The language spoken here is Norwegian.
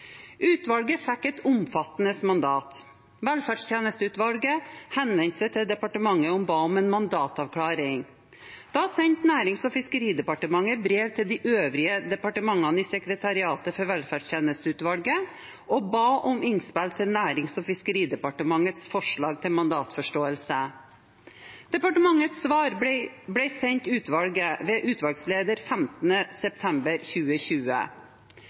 Utvalget fikk et omfattende mandat. Velferdstjenesteutvalget henvendte seg til departementet og ba om en mandatavklaring. Da sendte Nærings- og fiskeridepartementet brev til de øvrige departementene i sekretariatet for velferdstjenesteutvalget og ba om innspill til Nærings- og fiskeridepartementets forslag til mandatforståelse. Departementets svar ble sendt utvalget ved utvalgslederen 15. september 2020.